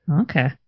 Okay